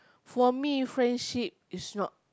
for me friendship is not